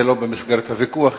זה לא במסגרת הוויכוח,